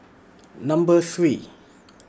Number three